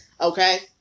Okay